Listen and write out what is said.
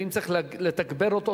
ואם צריך לתגבר אותו,